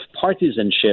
partisanship